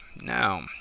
Now